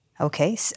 Okay